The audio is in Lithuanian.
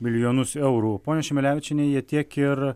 milijonus eurų ponia šimelevičiene jie tiek ir